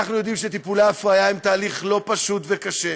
אנחנו יודעים שטיפולי ההפריה הם תהליך לא פשוט וקשה,